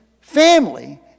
family